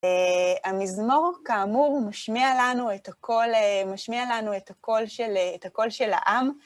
המזמור, כאמור, משמיע לנו את הקול, משמיע לנו את הקול של העם.